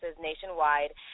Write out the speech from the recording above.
nationwide